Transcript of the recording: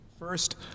First